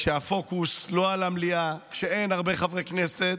כשהפוקוס לא על המליאה, כשאין הרבה חברי כנסת,